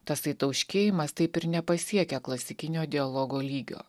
tasai tauškėjimas taip ir nepasiekia klasikinio dialogo lygio